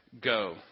go